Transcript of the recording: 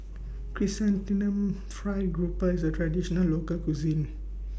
Chrysanthemum Fried Grouper IS A Traditional Local Cuisine